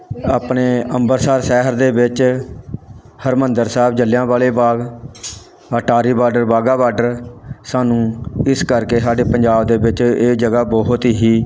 ਆਪਣੇ ਅੰਬਰਸਰ ਸ਼ਹਿਰ ਦੇ ਵਿੱਚ Harmandir Sahib Jallianwala Bagh Attari border Wagah border ਸਾਨੂੰ ਇਸ ਕਰਕੇ ਸਾਡੇ ਪੰਜਾਬ ਦੇ ਵਿੱਚ ਇਹ ਜਗ੍ਹਾ ਬਹੁਤ ਹੀ